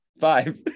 Five